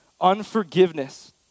unforgiveness